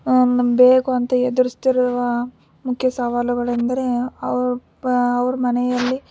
ನಮ್ಮ ಬೇಕು ಅಂತ ಎದುರಿಸ್ತಿರುವ ಮುಖ್ಯ ಸವಾಲುಗಳೆಂದರೆ ಅವ್ರ ಮನೆಯಲ್ಲಿ